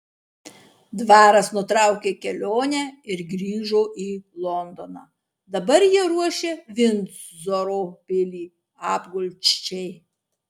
dvaras nutraukė kelionę ir grįžo į londoną dabar jie ruošia vindzoro pilį apgulčiai